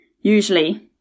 Usually